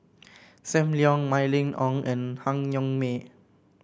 Sam Leong Mylene Ong and Han Yong May